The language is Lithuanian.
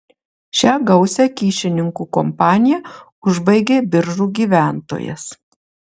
šią gausią kyšininkų kompaniją užbaigė biržų gyventojas